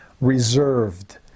reserved